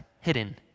hidden